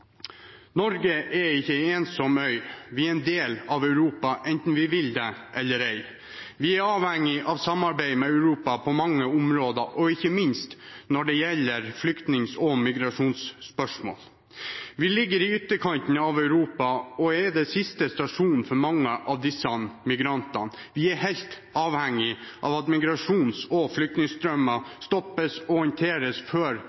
Norge er ikke en ensom øy. Vi er en del av Europa, enten vi vil det eller ei. Vi er avhengig av samarbeid med Europa på mange områder, ikke minst når det gjelder flyktning- og migrasjonsspørsmål. Vi ligger i ytterkanten av Europa og er siste stasjon for mange av disse migrantene. Vi er helt avhengig av at migrasjons- og flyktningstrømmer stoppes og håndteres før